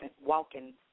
walking